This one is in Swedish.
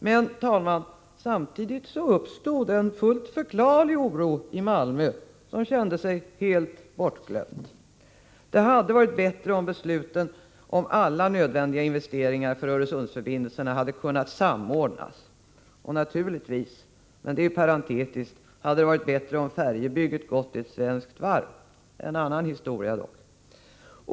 Men, fru talman, samtidigt uppstod en fullt förklarlig oro i Malmö, som kände sig helt bortglömt. Det hade varit bättre om besluten om alla nödvändiga investeringar för Öresundsförbindelserna hade kunnat samordnas. Och naturligtvis — men det säger jag parentetiskt — hade det varit bättre om färjebygget gått till ett svenskt varv. Det är dock en annan historia.